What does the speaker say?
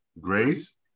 Grace